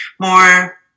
more